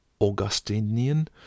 Augustinian